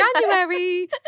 January